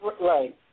Right